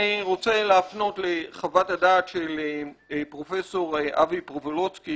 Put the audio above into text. אני רוצה להפנות לחוות הדעת של פרופסור אבי פרובולוצקי